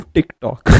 TikTok